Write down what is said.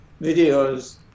videos